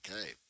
Okay